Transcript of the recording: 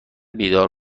بیدار